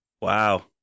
Wow